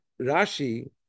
Rashi